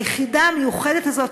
והיחידה המיוחדת הזאת,